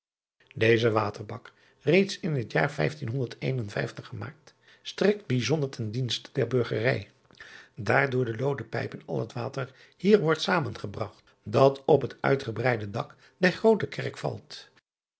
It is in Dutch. eze waterbak reeds in het jaar gemaakt strekt driaan oosjes zn et leven van illegonda uisman bijzonder ten dienste der burgerij daar door looden pijpen al het water hier wordt zamengebragt dat op het uitgebreide dak der roote erk valt